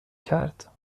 کرد